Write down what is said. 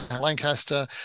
lancaster